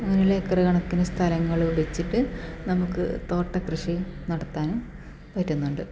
അങ്ങനെയുള്ള ഏക്കറ് കണക്കിന് സ്ഥലങ്ങള് വച്ചിട്ട് നമുക്ക് തോട്ടകൃഷി നടത്താനും പറ്റുന്നുണ്ട്